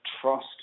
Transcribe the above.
trust